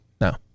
No